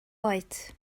oed